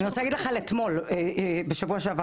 אני רוצה להגיד לך על שבוע שעבר, בשבוע שעבר